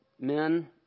men